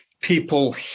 people